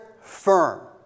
firm